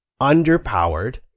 underpowered